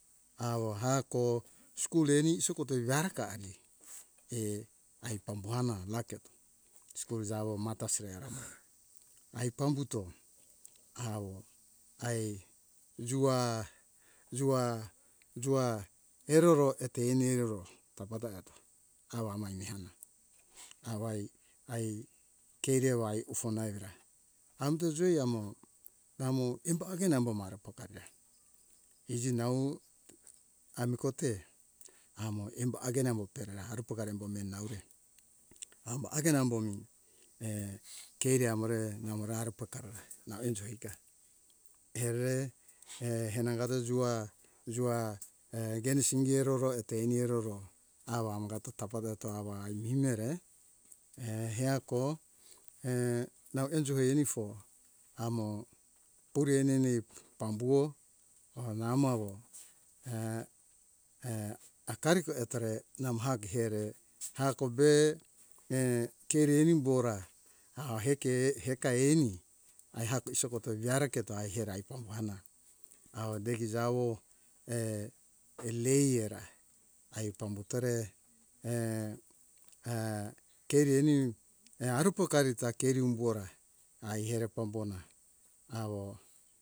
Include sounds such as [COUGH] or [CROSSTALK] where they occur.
Awo hako school ani isukute evi hakari [HESITATION] ai pambuhona maketo school jawo martys rehera ai pambuto awo ae jua jua jua eroro eto eni eroro tapa ta eto awa ma ani ehona awai keriewai ufona evera amta joy amo amo embo hagena embo mara pokara iji nau amikote amo embo hagena embo pera hari pogari embo meni naure aumba hagena embo mi [HESITATION] keri amore namora hari pokara nau enjo iga ere e henangada jua jue e ingene awa singe eroro eto ini eroro awa amgato tapa reto awa minere [HESITATION] heako [HESITATION] nau ejoe enifo amo puri enieni pambuho namo awo [HESITATION] hakarito etore namo hakere hakove e keri enimbora au heke hekai eni aihako isogotevi hara keto hai pambuhena au degi jawo [HESITATION] lae era ai pambutore [HESITATION] keri eni e arufokari ta ke umbora ai ere pambuhona awo